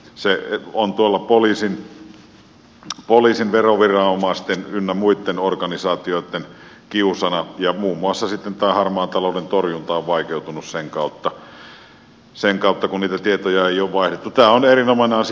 se on tuolla poliisin veroviranomaisten ynnä muitten organisaatioitten kiusana ja muun muassa tämä harmaan talouden torjunta on vaikeutunut sen kautta kun niitä tietoja ei ole vaihdettu